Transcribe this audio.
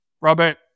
Robert